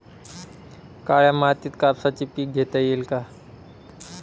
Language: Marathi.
काळ्या मातीत कापसाचे पीक घेता येईल का?